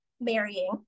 marrying